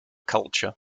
culture